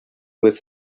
with